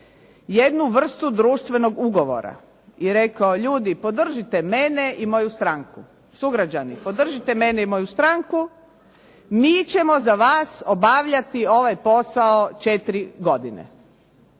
jednu vrstu društvenog ugovora i rekao ljudi, podržite mene i moju stranku, sugrađani, podržite mene i moju stranku, mi ćemo za vas obavljati ovaj posao 4 godine.